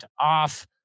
off